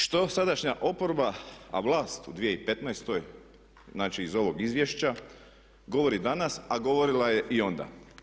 Što sadašnja oporba a vlast u 2015. znači iz ovog izvješća govori danas, a govorila je i onda.